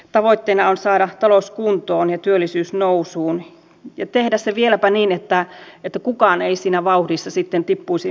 tavoitteena on saada talous kuntoon ja työllisyys nousuun ja tehdä se vieläpä niin että kukaan ei siinä vauhdissa sitten tippuisi pois kelkasta